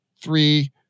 three